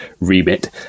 remit